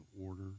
order